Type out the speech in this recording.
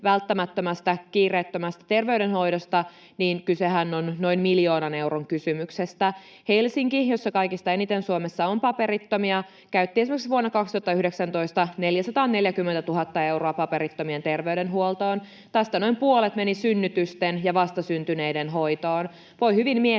välttämättömästä kiireettömästä terveydenhoidosta, niin kysehän on noin miljoonan euron kysymyksestä. Helsinki, jossa kaikista eniten Suomessa on paperittomia, esimerkiksi vuonna 2019 käytti 440 000 euroa paperittomien terveydenhuoltoon. Tästä noin puolet meni synnytysten ja vastasyntyneiden hoitoon. Voi hyvin miettiä,